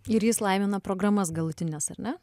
ir jis laimina programas galutines ar ne